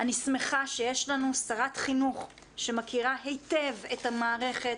אני שמחה שיש לנו שרת חינוך שמכירה היטב את המערכת,